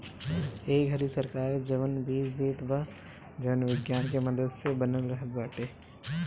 ए घरी सरकार जवन बीज देत बा जवन विज्ञान के मदद से बनल रहत बाटे